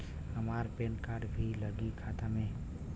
हमार PAN card भी लगी खाता में?